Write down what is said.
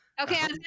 Okay